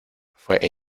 fue